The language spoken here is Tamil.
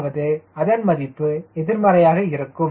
அதாவது அதன் மதிப்பு எதிர்மறையாக இருக்கும்